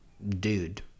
dude